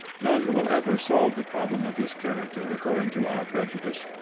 none will ever solve the problem of his character according to our prejudice,